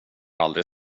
aldrig